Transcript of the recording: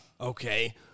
Okay